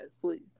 please